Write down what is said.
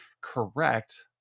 Correct